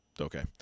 Okay